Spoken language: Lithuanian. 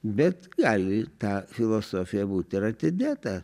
bet gali ta filosofija būt ir atidėta